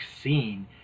scene